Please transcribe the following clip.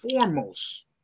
foremost